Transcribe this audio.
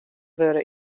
wurde